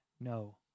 No